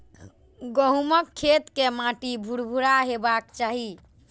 गहूमक खेत के माटि भुरभुरा हेबाक चाही